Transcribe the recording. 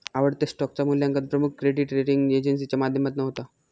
आवडत्या स्टॉकचा मुल्यांकन प्रमुख क्रेडीट रेटींग एजेंसीच्या माध्यमातना होता